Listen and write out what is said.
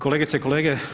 Kolegice i kolege.